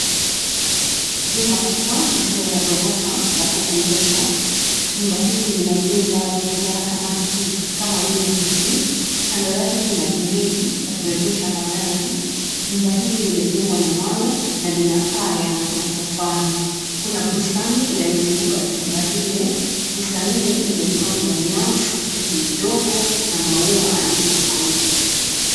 Jumba kubwa lisilo la gorofa la kukodesha. Jumba hili lina vyumba vya kulala kama nne hivi. Kando yake kuna gereji ya kuegesha magari. Jumba hili limejengwa na mawe na lina paa ya matofali. Kuna bustani inayozunguka jumba lile. Bustanini imepandwa nyasi, miti midogo na maua aina tofauti.